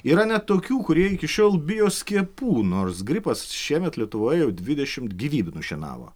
yra net tokių kurie iki šiol bijo skiepų nors gripas šiemet lietuvoje jau dvidešimt gyvybių nušienavo